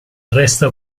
resta